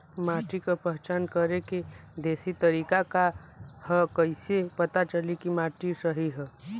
माटी क पहचान करके देशी तरीका का ह कईसे पता चली कि माटी सही ह?